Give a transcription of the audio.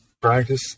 practice